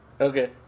Okay